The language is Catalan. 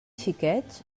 xiquets